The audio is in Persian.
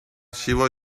شیوا